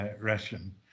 Russian